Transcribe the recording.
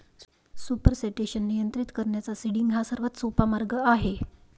supersaturation नियंत्रित करण्याचा seeding हा सर्वात सोपा मार्ग आहे